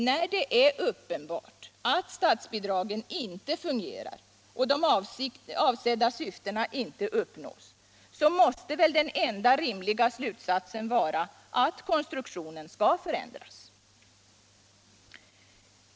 När det är uppenbart att statsbidragen inte fungerar och att de avsedda syftena inte uppnås, så måste väl den enda rimliga slutsatsen vara att konstruktionen skall förändras.